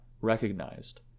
recognized